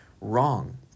wrong